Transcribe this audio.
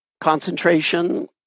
concentration